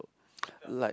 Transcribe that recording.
like